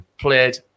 played